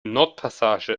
nordpassage